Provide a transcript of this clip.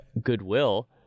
goodwill